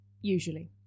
Usually